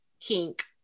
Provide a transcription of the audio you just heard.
kink